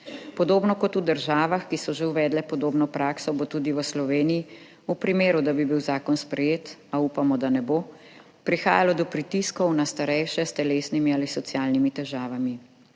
Podobno kot v državah, ki so že uvedle podobno prakso, bo tudi v Sloveniji v primeru, da bi bil zakon sprejet, a upamo, da ne bo, prihajalo do pritiskov na starejše s telesnimi ali socialnimi težavami.